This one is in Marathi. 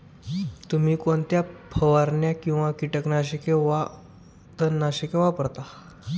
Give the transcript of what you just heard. तुम्ही कोणत्या फवारण्या किंवा कीटकनाशके वा तणनाशके वापरता?